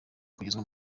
kugezwa